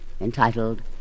entitled